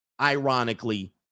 ironically